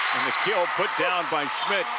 and the kill put down by schmitt.